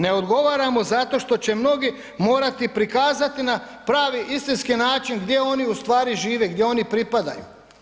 Ne odgovara mu zato što će mnogi morati prikazati na pravi istinski način gdje oni ustvari žive, gdje oni pripadaju.